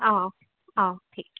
অ অ ঠিক